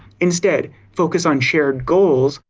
instead, focus on shared goals,